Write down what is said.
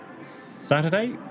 Saturday